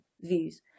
views